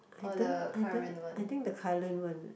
I don't I don't I think the current one ah